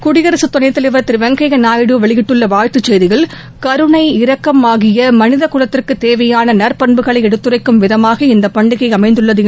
குடியரசுத் துணைத் தலைவர் திரு வெங்கையா நாயுடு வெளியிட்டுள்ள வாழ்த்து செய்தியில் கருணை இரக்கம் ஆகிய மனித குலத்திற்கு தேவையான நற்பண்புகளை எடுத்துளரக்கும் விதமாக இந்த பண்டிகை அமைந்துள்ளது என்று கூறினார்